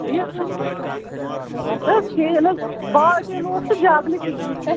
تی حظ ووٚنمَس تہٕ حظ کِہیٖنۍ حظ بالٹیٖن اوس تہٕ جَگ نہٕ کِہیٖنۍ